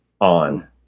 on